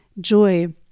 joy